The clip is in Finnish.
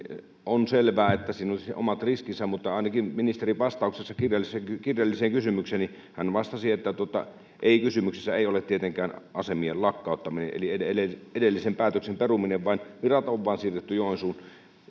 on selvää että siinä on omat riskinsä mutta ainakin ministerin vastauksessa kirjalliseen kirjalliseen kysymykseeni hän vastasi että kysymyksessä ei ole tietenkään asemien lakkauttaminen eli edellisen edellisen päätöksen peruminen vaan virat on vain siirretty